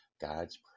God's